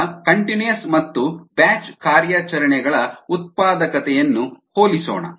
ಈಗ ಕಂಟಿನ್ಯೂಸ್ ಮತ್ತು ಬ್ಯಾಚ್ ಕಾರ್ಯಾಚರಣೆಗಳ ಉತ್ಪಾದಕತೆಯನ್ನು ಹೋಲಿಸೋಣ